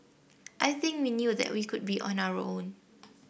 I think we knew that we could be on our own